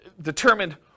determined